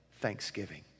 thanksgiving